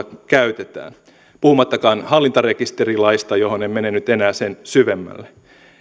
käytetään puhumattakaan hallintarekisterilaista johon en mene nyt enää sen syvemmälle